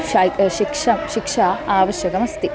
शैक् शिक्षा शिक्षा आवश्यकमस्ति